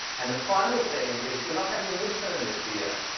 and the final thing is we're not having a midterm this year.